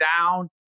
down